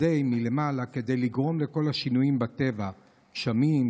כדי לגרום לכל השינויים בטבע: גשמים,